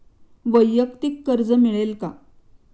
वैयक्तिक कर्ज मिळेल का?